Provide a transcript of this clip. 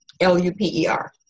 L-U-P-E-R